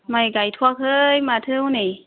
माइ गायथ'आखै माथो हनै